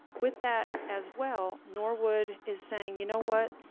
with that as well, norwood is saying, you know what,